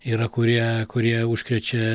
yra kurie kurie užkrečia